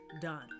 done